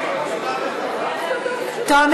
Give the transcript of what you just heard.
טוב,